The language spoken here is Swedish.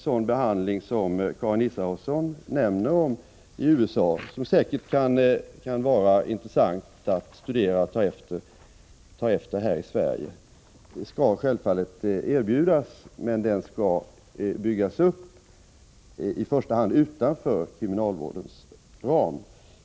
Sådan behandling som Karin Israelsson nämnde förekommer i USA kan säkert vara intressant att studera och ta efter här i Sverige, och den skall självfallet erbjudas, men den skall byggas upp i första hand utanför kriminalvårdens ram.